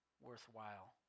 worthwhile